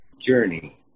journey